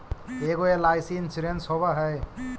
ऐगो LIC insurance होव है?